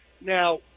Now